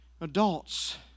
adults